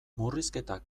murrizketak